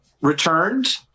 returned